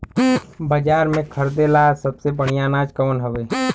बाजार में खरदे ला सबसे बढ़ियां अनाज कवन हवे?